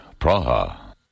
Praha